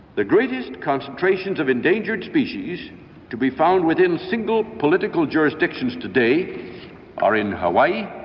the greatest concentrations of endangered species to be found within single political jurisdictions today are in hawaii,